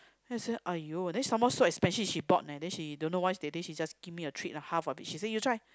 then said !aiyo! then some more so expensive she bought leh then she don't know why that day she just give a treat of half she said you try